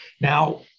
now